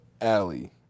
Alley